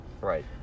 Right